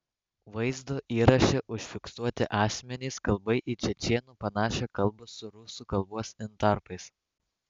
vaizdo įraše užfiksuoti asmenys kalba į čečėnų panašia kalba su rusų kalbos intarpais